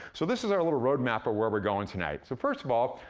so this is our little road map of where we're going tonight. so first of all,